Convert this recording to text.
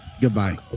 Goodbye